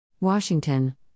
Washington